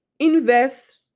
invest